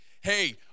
hey